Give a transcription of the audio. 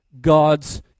God's